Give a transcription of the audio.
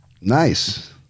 Nice